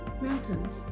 Mountains